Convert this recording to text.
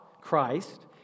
Christ